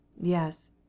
Yes